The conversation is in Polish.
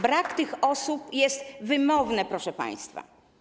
Brak tych osób jest wymowny, proszę państwa.